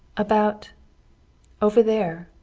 about over there,